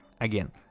again